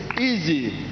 easy